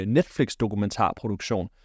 Netflix-dokumentarproduktion